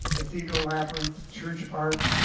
cathedral labyrinth, church park,